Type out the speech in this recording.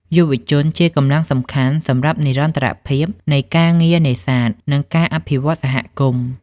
យុវជនជាកម្លាំងសំខាន់សម្រាប់និរន្តរភាពនៃការងារនេសាទ និងការអភិវឌ្ឍន៍សហគមន៍។